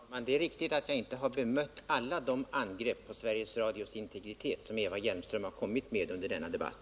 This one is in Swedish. Herr talman! Det är riktigt att jag inte har bemött alla de angrepp på Sveriges Radios integritet som Eva Hjelmström har gjort under denna debatt.